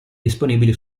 disponibili